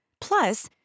Plus